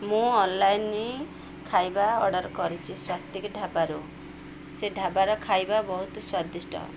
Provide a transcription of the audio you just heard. ମୁଁ ଅନଲାଇନ୍ ଖାଇବା ଅର୍ଡ଼ର୍ କରିଛି ସ୍ୱସ୍ତିକି ଢାବାରୁ ସେ ଢାବାର ଖାଇବା ବହୁତ ସ୍ୱାଦିଷ୍ଟ